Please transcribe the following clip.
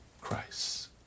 Christ